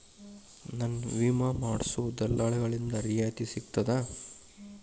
ನನ್ನ ವಿಮಾ ಮಾಡಿಸೊ ದಲ್ಲಾಳಿಂದ ರಿಯಾಯಿತಿ ಸಿಗ್ತದಾ?